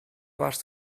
warst